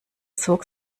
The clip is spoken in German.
zog